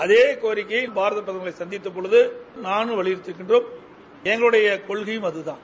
அதே கோரிக்கையை பாரத பிரதமரை சந்தித்த போது நமும் வலியுறுத்தி இருக்கிறோம் எங்களுடைய கொள்கையும் அதுகான்